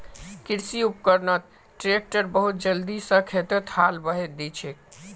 कृषि उपकरणत ट्रैक्टर बहुत जल्दी स खेतत हाल बहें दिछेक